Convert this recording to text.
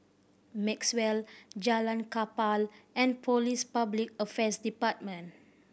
Maxwell Jalan Kapal and Police Public Affairs Department